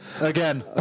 again